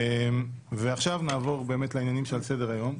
ועכשיו נעבור לעניינים שעל סדר-היום.